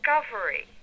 discovery